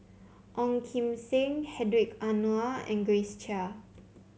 Ong Kim Seng Hedwig Anuar and Grace Chia